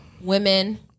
women